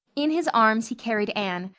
in his arms he carried anne,